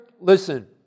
listen